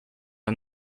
are